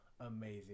amazing